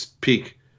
peak